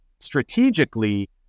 strategically